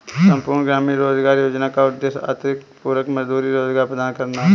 संपूर्ण ग्रामीण रोजगार योजना का उद्देश्य अतिरिक्त पूरक मजदूरी रोजगार प्रदान करना है